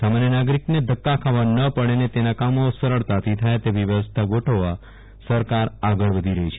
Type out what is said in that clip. સામાન્ય નાગરીકને ધકકા ખાવા ન પડે અને તેના કામો સરળતાથી થાય તેવી વ્યવસ્થા ગોઠવવા સરકાર આગળ વધી રહી છે